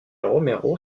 romero